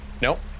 Nope